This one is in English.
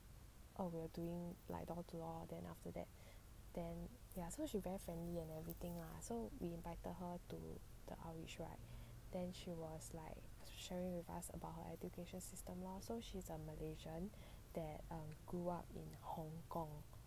what we're doing like door to door then after that then ya so she very friendly and everything ah so we invited her to the outreach right then she was like sharing with us about her education so she's a malaysian that um grew up in hong-kong